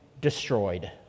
destroyed